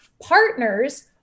partners